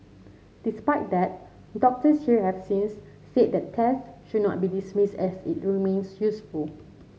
despite that doctors here have since said that test should not be dismissed as it remains useful